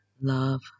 love